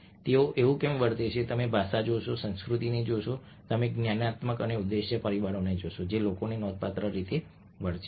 તેઓ આવું કેમ વર્તે છે તમે ભાષા જોશો તમે સંસ્કૃતિને જોશો તમે જ્ઞાનાત્મક અને ઉદ્દેશ્ય પરિબળોને જોશો જે લોકોને નોંધપાત્ર રીતે વર્તે છે